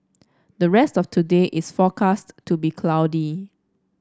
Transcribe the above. the rest of today is forecast to be cloudy